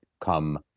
come